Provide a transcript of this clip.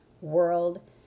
world